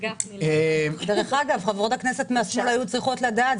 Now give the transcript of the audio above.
דרך אגב, חברות הכנסת היו צריכות לדעת.